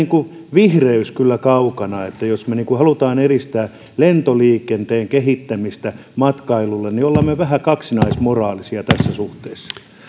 vihreys kyllä kaukana että jos me haluamme edistää lentoliikenteen kehittämistä matkailulle niin olemme me vähän kaksinaismoraalisia tässä suhteessa